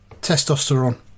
testosterone